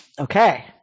Okay